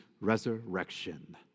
resurrection